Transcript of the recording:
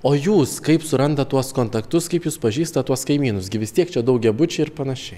o jūs kaip surandat tuos kontaktus kaip jus pažįstat tuos kaimynus gi vis tiek čia daugiabučiai ir panašiai